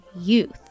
youth